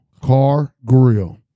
Cargrill